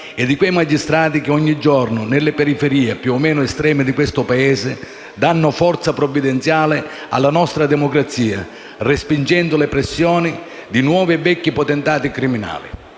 e di quei magistrati che ogni giorno, nelle periferie più o meno estreme di questo Paese, danno forza provvidenziale alla nostra democrazia, respingendo le pressioni di nuovi e vecchi potentati criminali.